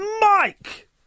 Mike